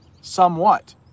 somewhat